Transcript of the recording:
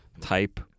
type